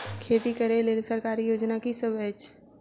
खेती करै लेल सरकारी योजना की सब अछि?